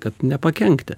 kad nepakenkti